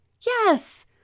Yes